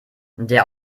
der